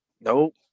Nope